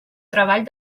treball